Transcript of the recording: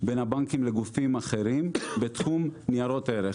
בין הבנקים לגופים אחרים בתחום ניירות ערך.